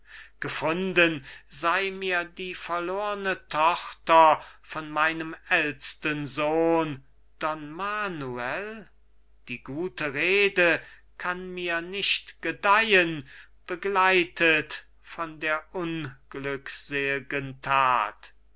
gefunden sei mir die verlorne tochter von meinem ältsten sohn don manuel die gute rede kann mir nicht gedeihen begleitet von der unglücksel'gen that